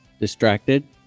Distracted